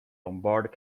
lombard